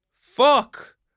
Fuck